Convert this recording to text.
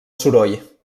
soroll